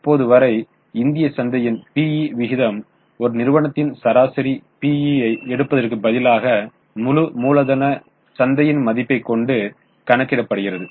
இப்போது வரை இந்திய சந்தையின் PE விகிதம் ஒரு நிறுவனத்தின் சராசரி PE ஐ எடுப்பதற்கு பதிலாக முழு மூலதன சந்தையின் மதிப்பை கொண்டு கணக்கிடப்படுகிறது